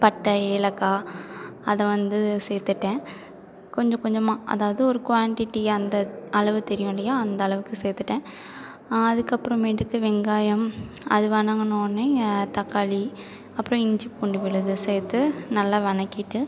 பட்டை ஏலக்காய் அதை வந்து சேர்த்துட்டேன் கொஞ்சம் கொஞ்சமாக அதாவது ஒரு குவாண்டிட்டி அந்த அளவு தெரியும் இல்லையா அந்த அளவுக்கு சேர்த்துட்டேன் அதுக்கப்பறமேட்டுக்கு வெங்காயம் அது வதங்குனவொன்னே தக்காளி அப்புறோம் இஞ்சி பூண்டு விழுது சேர்த்து நல்லா வதக்கிட்டு